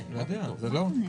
זה לא הצעת חוק.